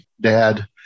dad